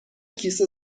کیسه